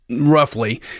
roughly